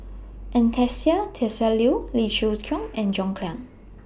Anastasia Tjendri Liew Lee Siew Choh and John Clang